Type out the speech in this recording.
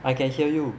I can hear you